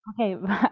okay